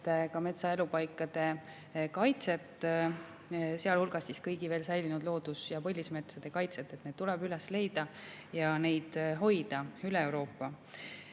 metsaelupaikade kaitset, sealhulgas kõigi veel säilinud loodus‑ ja põlismetsade kaitset. Need tuleb üles leida ja neid hoida üle Euroopa.